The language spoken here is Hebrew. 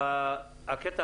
גדי,